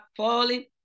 falling